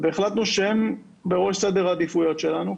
והחלטנו שהם בראש סדר העדיפויות שלנו,